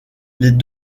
les